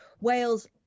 Wales